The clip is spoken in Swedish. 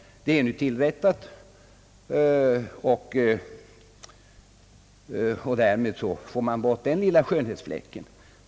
Detta har man nu rättat till, och därmed har man avlägsnat den lilla skönhetsfläcken.